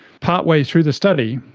partway through the study,